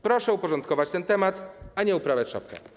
Proszę uporządkować ten temat, a nie uprawiać szopkę.